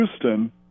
houston